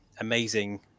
amazing